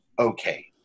okay